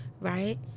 Right